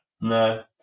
No